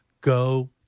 go